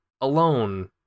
alone